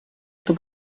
эту